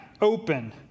open